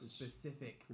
specific